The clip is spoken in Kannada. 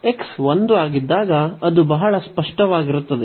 x 1 ಆಗಿದ್ದಾಗ ಅದು ಬಹಳ ಸ್ಪಷ್ಟವಾಗಿರುತ್ತದೆ